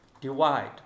divide